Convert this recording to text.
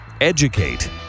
Educate